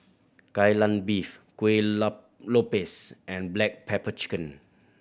Kai Lan Beef kuih lopes and black pepper chicken